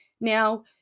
Now